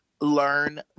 learn